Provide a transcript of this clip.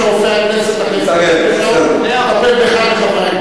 אני לא אסכים שרופא הכנסת, לטפל באחד מחברי הכנסת.